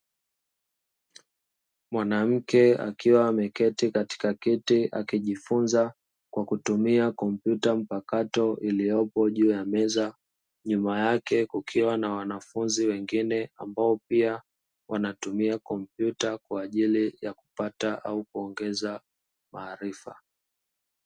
Mwanamke akiwa ameketi katika kiti akijifunza kwa kutumia kompyuta mpakato iliyopo juu ya meza nyuma yake kukiwa na wanafunzi wengine ambao pia wanatumia kompyuta kwa ajili ya kupata au kuongeza maarifa.